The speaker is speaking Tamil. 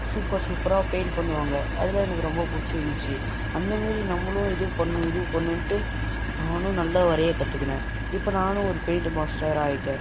சூப்பர் சூப்பராக பெயிண்ட் பண்ணுவாங்க அதெலாம் எனக்கு ரொம்ப பிடிச்சிருந்துச்சி அந்த மாரி நம்பளும் இது பண்ணும் இது பண்ணுன்ட்டு நானும் நல்லா வரைய கற்றுக்குன இப்போ நானும் ஒரு பெயிண்டு மாஸ்டராயிவிட்டேன்